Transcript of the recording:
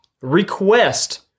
Request